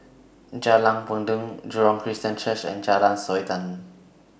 Jalan Peradun Jurong Christian Church and Jalan Sultan